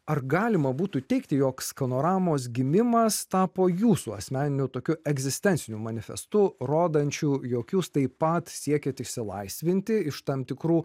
ar galima būtų teigti jog skanoramos gimimas tapo jūsų asmeniniu tokiu egzistenciniu manifestu rodančių jog jūs taip pat siekiate išsilaisvinti iš tam tikrų